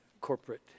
corporate